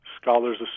scholars